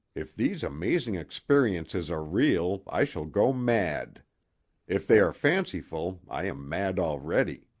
if these amazing experiences are real i shall go mad if they are fanciful i am mad already.